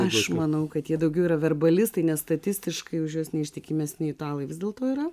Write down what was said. aš manau kad jie daugiau yra verbalistai nes statistiškai už juos neištikimesni italai vis dėlto yra